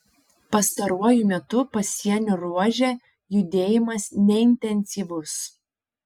pastaruoju metu pasienio ruože judėjimas neintensyvus